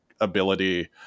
ability